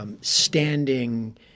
standing